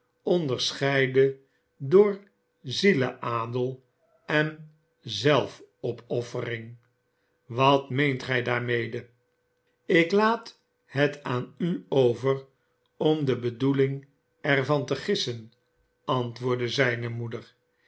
onderscheidde door zieleadel en zelfopoffering wat meent gij daarmede ik laat het aan u over om de bedoeling er van te gissen antwoordde zijne moeder